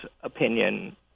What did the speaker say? opinion